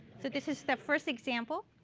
so this is the first example.